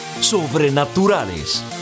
sobrenaturales